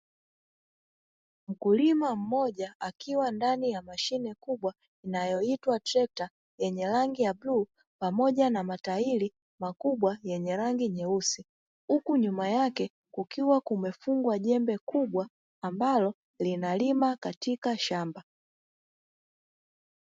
Mkulima mmoja akiwa ndani ya mashine kubwa; inayoitwa trekta yenye rangi ya bluu pamoja na matairi makubwa yenye rangi nyeusi, huku nyuma yake kukiwa kumefungwa jembe kubwa ambalo linalima katika shamba.